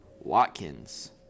Watkins